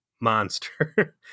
monster